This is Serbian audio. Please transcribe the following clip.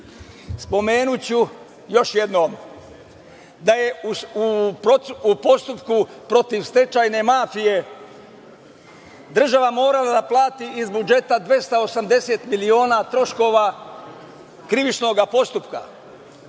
Srbije. Spomenuću još jednom da je u postupku protiv stečajne mafije država morala da plati iz budžeta 280 miliona troškova krivičnog postupka.